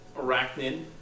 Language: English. arachnid